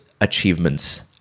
achievements